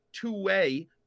two-way